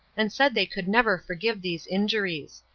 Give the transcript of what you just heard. and said they could never forgive these injuries.